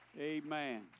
amen